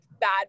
bad